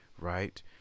right